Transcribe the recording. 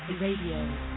radio